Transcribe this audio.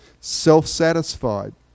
self-satisfied